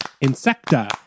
Insecta